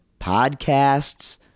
podcasts